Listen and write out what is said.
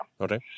Okay